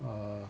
err